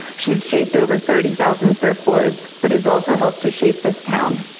she's shaped over thirty thousand surfboards, but has also helped to shape this town.